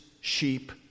sheep